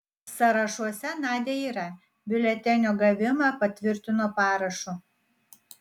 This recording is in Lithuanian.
sąrašuose nadia yra biuletenio gavimą patvirtino parašu